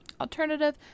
Alternative